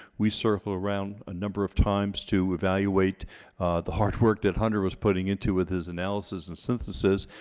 we circled around a number of times to evaluate the hard work that hunter was putting into with his analysis and synthesis,